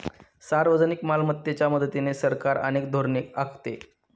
सार्वजनिक मालमत्तेच्या मदतीने सरकार अनेक धोरणे आखते